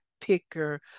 Picker